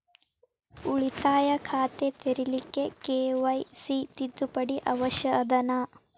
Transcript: ಉಳಿತಾಯ ಖಾತೆ ತೆರಿಲಿಕ್ಕೆ ಕೆ.ವೈ.ಸಿ ತಿದ್ದುಪಡಿ ಅವಶ್ಯ ಅದನಾ?